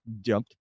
jumped